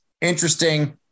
interesting